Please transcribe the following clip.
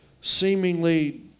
seemingly